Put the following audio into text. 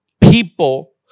people